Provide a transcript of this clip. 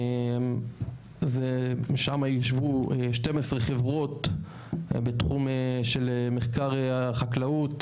שם ישבו 12 חברות בתחום של מחקר החקלאות,